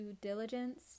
diligence